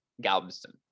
Galveston